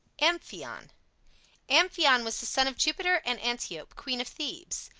amphion amphion was the son of jupiter and antiope, queen of thebes.